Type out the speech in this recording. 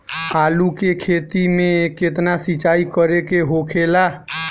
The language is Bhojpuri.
आलू के खेती में केतना सिंचाई करे के होखेला?